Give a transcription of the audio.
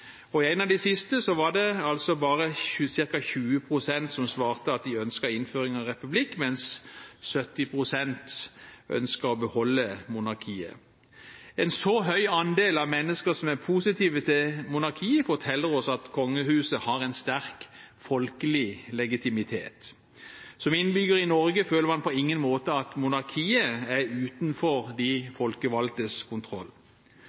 I en av de siste var det bare ca. 20 pst. som svarte at de ønsket innføring av republikk, mens 70 pst. ønsket å beholde monarkiet. En så høy andel av mennesker som er positive til monarkiet, forteller oss at kongehuset har en sterk folkelig legitimitet. Som innbygger i Norge føler man på ingen måte at monarkiet er utenfor de folkevalgtes kontroll.